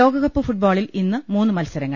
ലോക കപ്പ് ഫുട്ബോളിൽ ഇന്ന് മൂന്ന് മത്സരങ്ങൾ